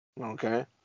Okay